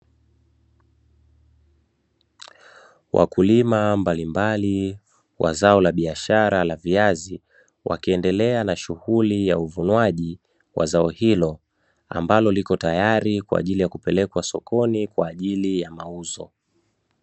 Wakulima mbali mbali wa zao la biashara la viazi wakiendelea na shughuli ya uvunwaji wa zao hilo ambalo liko tayari kwa ajili ya kupelekwa sokoni kwa ajili ya mauzo.